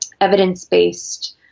evidence-based